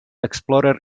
explorer